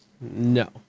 no